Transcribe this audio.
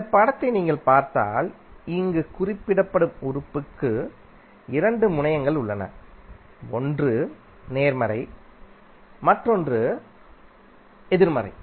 இந்த படத்தை நீங்கள் பார்த்தால் இங்கு குறிப்பிடப்படும் உறுப்புக்கு இரண்டு முனையங்கள் உள்ளன ஒன்று நேர்மறை மற்றும் மற்றொன்று எதிர்மறை